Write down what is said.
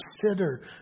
consider